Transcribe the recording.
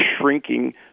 shrinking